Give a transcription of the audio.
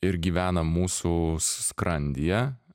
ir gyvena mūsų skrandyje